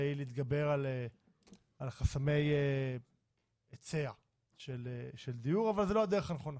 להתגבר על חסמי היצע של דיור אבל זו לא הדרך הנכונה.